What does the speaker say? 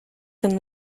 than